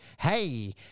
hey